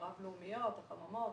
רב לאומיות או חממות,